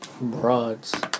Broads